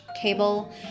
cable